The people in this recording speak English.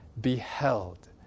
beheld